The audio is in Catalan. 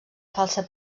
falsa